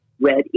red